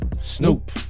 Snoop